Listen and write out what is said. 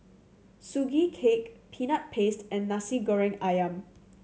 Sugee Cake Peanut Paste and Nasi Goreng Ayam